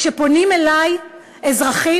כשפונים אלי אזרחים,